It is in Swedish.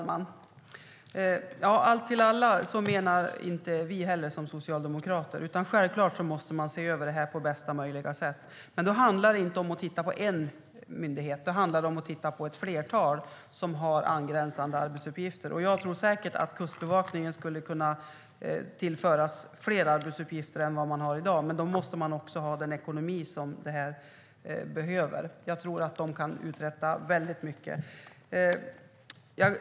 Fru talman! Vi socialdemokrater menar inte heller allt till alla. Självklart måste man se över detta på bästa möjliga sätt. Då handlar det inte om att titta på en myndighet, utan då handlar det om att titta på ett flertal myndigheter som har angränsande arbetsuppgifter. Jag tror säkert att fler arbetsuppgifter skulle kunna tillföras Kustbevakningen än vad man har i dag, men då måste man också ha den ekonomi som behövs. Jag tror att Kustbevakningen kan uträtta väldigt mycket.